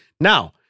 Now